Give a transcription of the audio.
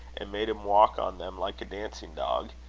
and made him walk on them like a dancing-dog.